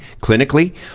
clinically